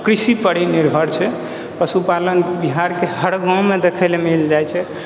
कृषिपर ही निर्भर छै पशुपालन बिहारके हर गाँवमे देखै लअ मिल जाइ छै